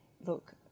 look